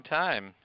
time